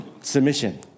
submission